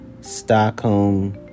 Stockholm